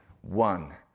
one